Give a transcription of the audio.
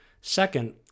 Second